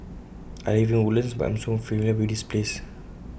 I live in Woodlands but I'm so familiar with this place